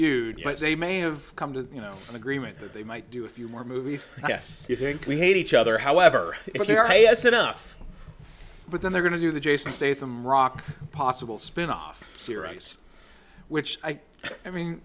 you say may have come to you know an agreement that they might do a few more movies yes i think we hate each other however if they are yes enough but then they're going to do the jason statham rock possible spinoff series which i mean